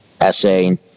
essay